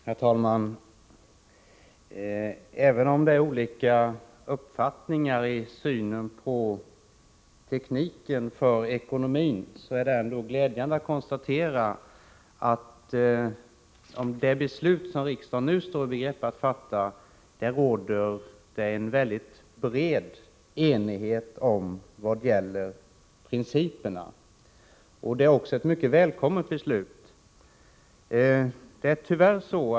Herr talman! Även om det är olika uppfattningar om tekniken när det gäller ekonomin är det ändå glädjande att konstatera att det råder en bred enighet vad gäller principerna om det beslut som riksdagen nu står i begrepp att fatta. Det är också ett mycket välkommet beslut.